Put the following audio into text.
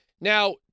Now